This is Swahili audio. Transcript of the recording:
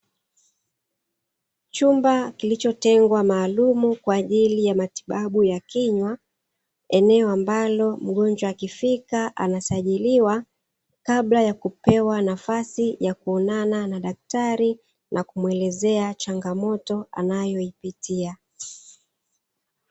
Chumba kilichotengwa maalumu kwa ajili ya matibabu ya kinywa, eneo ambalo mgonjwa akifika anasajiliwa kabla ya kupewa nafasi ya kuonana na daktari, na kumuelezea changamoto anayoipitia.